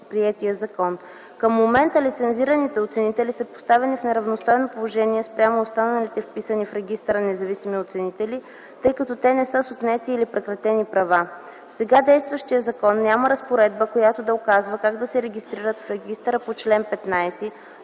Към момента лицензираните оценители са поставени в неравностойно положение спрямо останалите вписани в регистъра независими оценители, тъй като те не са с отнети или прекратени права. В сега действащия закон няма разпоредба, която да указва как да се регистрират в регистъра по чл. 15